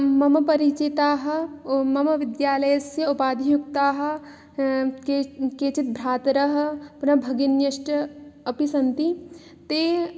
मम परिचिताः मम विद्यालयस्य उपाधियुक्ताः केचि केचिद् भ्रातरः पुनः भगिन्यश्च अपि सन्ति ते